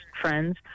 friends